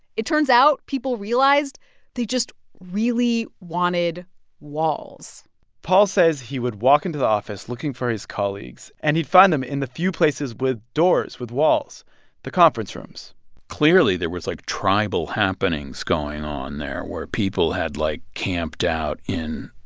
it turns out people realized they just really wanted walls paul says he would walk into the office looking for his colleagues, and he'd find them in the few places with doors, with walls the conference rooms clearly, there was, like, tribal happenings going on there where people had, like, camped out in,